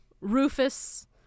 Rufus